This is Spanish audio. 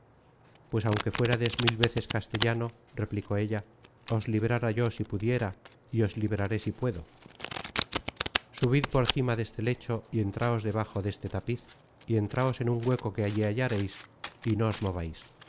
pues aunque fuerades mil veces castellano replicó ella os librara yo si pudiera y os libraré si puedo subid por cima deste lecho y entráos debajo deste tapiz y entráos en un hueco que aquí hallareis y no os movais